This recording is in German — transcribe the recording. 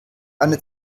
eine